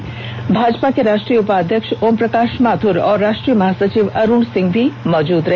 बैठक में भाजपा के राष्ट्रीय उपाध्यक्ष ओमप्रकाश माथुर और राष्ट्रीय महासचिव अरुण सिंह भी मौजूद रहे